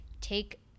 take